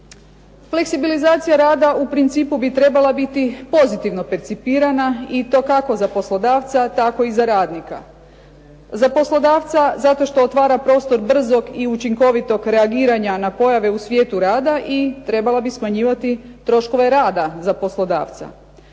Fleksibilizacija rada u principu bi trebala biti pozitivno percipirana i to kako za poslodavca tako i za radnika. Za poslodavca zato što otvara prostor brzog i učinkovitog reagiranja na pojave u svijetu rada i trebala bi smanjivati troškove rada za poslodavca.